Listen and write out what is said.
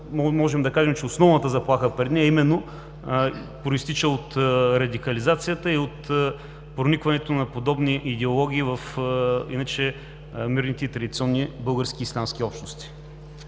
можем да кажем, че основната заплаха произтича от радикализацията и от проникването на подобни идеологии в иначе мирните и традиционни български ислямски общности.